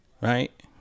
Right